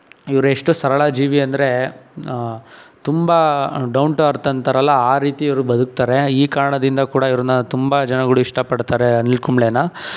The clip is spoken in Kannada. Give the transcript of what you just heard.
ಇವರು ಎಷ್ಟು ಸರಳ ಜೀವಿ ಅಂದರೆ ತುಂಬ ಡೌನ್ ಟು ಅರ್ತ್ ಅಂತಾರಲ್ಲ ಆ ರೀತಿ ಇವರು ಬದುಕ್ತಾರೆ ಈ ಕಾರಣದಿಂದ ಕೂಡ ಇವ್ರನ್ನ ತುಂಬ ಜನಗಳು ಇಷ್ಟಪಡ್ತಾರೆ ಅನಿಲ್ ಕುಂಬ್ಳೆನ